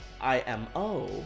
IMO